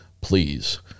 please